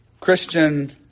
Christian